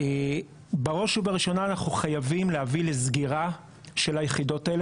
בראש ובראשונה אנחנו חייבים להביא לסגירה של היחידות האלה,